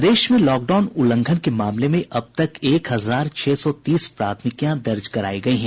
प्रदेश में लॉकडाउन उल्लंघन के मामले में अब तक एक हजार छह सौ तीस प्राथमिकियां दर्ज करायी गयी हैं